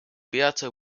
bertha